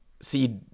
see